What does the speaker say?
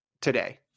today